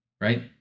Right